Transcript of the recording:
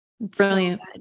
brilliant